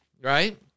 right